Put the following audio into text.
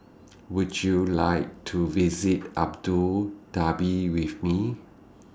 Would YOU like to visit Abu Dhabi with Me